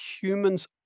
humans